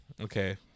Okay